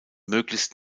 möglichst